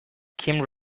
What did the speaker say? kim